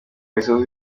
risoza